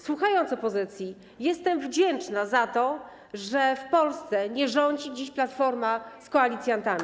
Słuchając opozycji, jestem wdzięczna za to, że w Polsce nie rządzi dziś Platforma z koalicjantami.